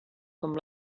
com